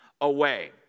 away